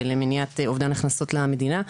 למניעת אובדן הכנסות למדינה.